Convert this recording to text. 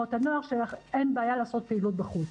תנועות הנוער שאין בעיה לעשות פעילות בחוץ.